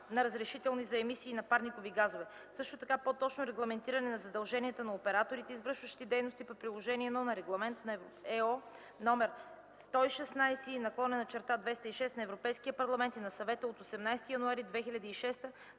на разрешителните за емисии на парникови газове; също така по-точно регламентиране на задълженията на операторите, извършващи дейности по Приложение I на Регламент (ЕО) № 166/2006 на Европейския парламент и на Съвета от 18 януари 2006